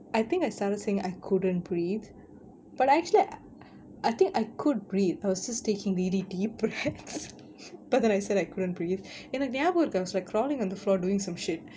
I think I started saying I couldn't breathe but actually I think I could breathe I was just taking really deep breathes but then I said I couldn't breathe எனக்கு ஞாபகம் இருக்கு:enakku nabagam irukku I was like crawling on the floor doing some shit